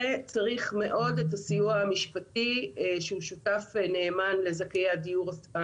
וצריך מאוד את הסיוע המשפטי שהוא שותף נאמן לזכאים.